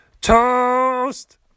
Toast